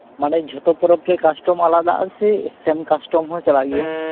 ᱢᱟᱱᱮ ᱡᱷᱚᱛᱚ ᱯᱚᱨᱚᱵ ᱜᱮ ᱠᱟᱥᱴᱚᱢ ᱟᱞᱟᱫᱟᱜ ᱟᱥᱮ ᱥᱮᱢ ᱠᱟᱥᱴᱚᱢ ᱦᱚᱸ ᱪᱟᱞᱟᱜ ᱜᱮᱭᱟ